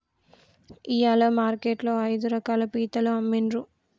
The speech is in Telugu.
ఇయాల మార్కెట్ లో ఐదు రకాల పీతలు అమ్మిన్రు